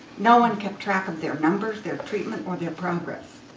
no one kept track of their numbers, their treatment, or their progress.